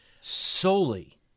solely